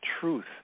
truth